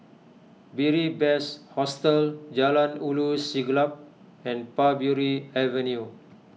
Beary Best Hostel Jalan Ulu Siglap and Parbury Avenue